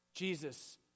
Jesus